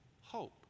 hope